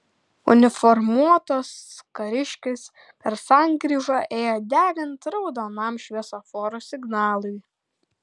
uniformuotas kariškis per sankryžą ėjo degant raudonam šviesoforo signalui